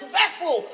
vessel